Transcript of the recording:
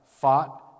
fought